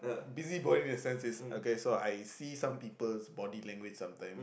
busybody in the sense is okay so I see some people body language sometime